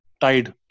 tide